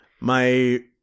My-